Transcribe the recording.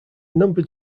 numbered